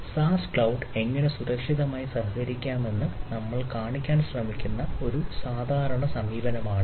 സാസ് cloud എങ്ങനെ സുരക്ഷിതമായി സഹകരിക്കാമെന്ന് നമ്മൾ കാണിക്കാൻ ശ്രമിക്കുന്ന ഒരു സാധാരണ സമീപനമാണിത്